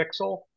pixel